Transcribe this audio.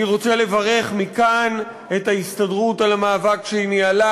אני רוצה לברך מכאן את ההסתדרות על המאבק שהיא ניהלה,